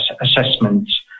assessments